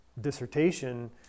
dissertation